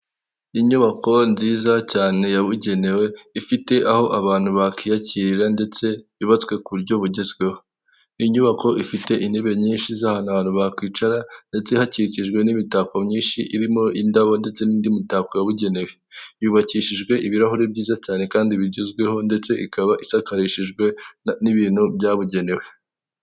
Inyubako nziza cyane yabugenewe, ifite aho abantu bakiyakirira ndetse yubatswe ku buryo bugezweho, inyubako ifite intebe nyinshi z'ahantu abantu bakwicara ndetse hakikijwe n'imitako myinshi irimo indabo ndetse n'indi mitako yabugenewe, yubakishijwe ibirahuri byiza cyane kandi bigezweho ndetse ikaba isakarijwe n'ibintu byabugenewe.